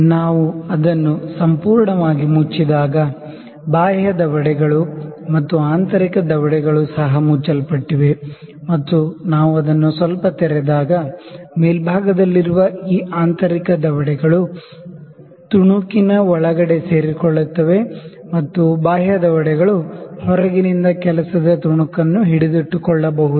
ನಾವು ಅದನ್ನು ಸಂಪೂರ್ಣವಾಗಿ ಮುಚ್ಚಿದಾಗ ಬಾಹ್ಯ ದವಡೆಗಳು ಮತ್ತು ಆಂತರಿಕ ದವಡೆಗಳು ಸಹ ಮುಚ್ಚಲ್ಪಟ್ಟಿವೆ ಮತ್ತು ನಾವು ಅದನ್ನು ಸ್ವಲ್ಪ ತೆರೆದಾಗ ಮೇಲ್ಭಾಗದಲ್ಲಿರುವ ಈ ಆಂತರಿಕ ದವಡೆಗಳು ತುಣುಕಿನ ಒಳಗಡೆ ಸೇರಿಕೊಳ್ಳುತ್ತವೆ ಮತ್ತು ಬಾಹ್ಯ ದವಡೆಗಳು ಹೊರಗಿನಿಂದ ವರ್ಕ್ ಪೀಸ್ ನ್ನು ಹಿಡಿದಿಟ್ಟುಕೊಳ್ಳಬಹುದು